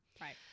right